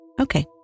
Okay